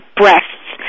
breasts